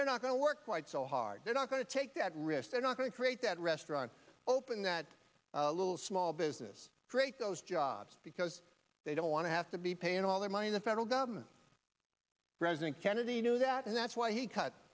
they're not going to work quite so hard they're not going to take that risk they're not going to create that restaurants open that little small business create those jobs because they don't want to have to be paying all their money in the federal government president kennedy knew that and that's why he cut